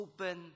open